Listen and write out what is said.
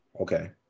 Okay